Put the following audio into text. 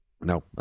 No